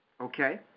okay